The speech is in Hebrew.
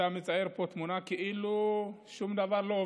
אתה מתאר פה תמונה כאילו שום דבר לא עובד,